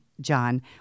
John